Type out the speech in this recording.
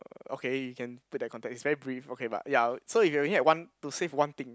okay you can put that context it's very brief okay but ya so you only have one to save one thing